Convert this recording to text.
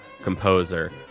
composer